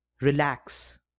relax